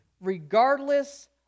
regardless